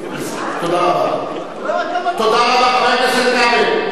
תודה רבה, חבר הכנסת כבל.